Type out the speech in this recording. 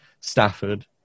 Stafford